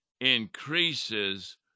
increases